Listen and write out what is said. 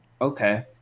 okay